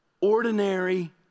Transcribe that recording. Ordinary